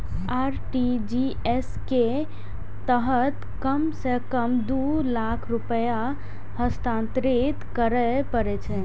RTGS के तहत कम सं कम दू लाख रुपैया हस्तांतरित करय पड़ै छै